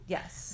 Yes